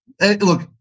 look